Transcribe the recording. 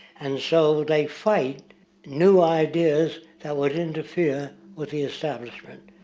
and so they fight new ideas, that would interfere with the establishment.